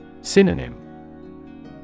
Synonym